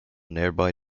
nearby